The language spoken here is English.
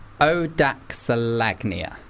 odaxalagnia